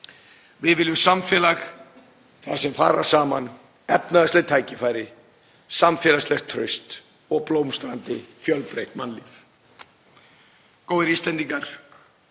Við viljum samfélag þar sem fara saman efnahagsleg tækifæri, samfélagslegt traust og blómstrandi fjölbreytt mannlíf. Góðir Íslendingar.